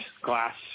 glass